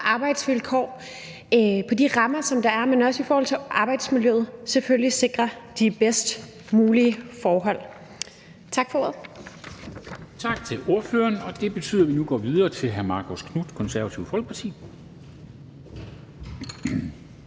arbejdsvilkår, på de rammer, som der er, men også i forhold til arbejdsmiljøet selvfølgelig sikrer de bedst mulige forhold. Tak for ordet. Kl. 17:50 Formanden (Henrik Dam Kristensen): Tak til ordføreren. Og det betyder, at vi nu går videre til hr. Marcus Knuth det, Det Konservative Folkeparti.